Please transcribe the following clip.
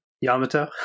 Yamato